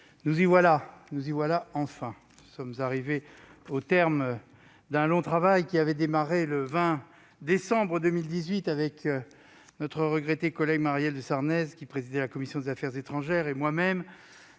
collègues, nous y voilà enfin : nous sommes arrivés au terme d'un long travail qui avait démarré le 20 décembre 2018 avec notre regrettée collègue Marielle de Sarnez, qui présidait la commission des affaires étrangères de